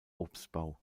obstbau